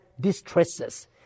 distresses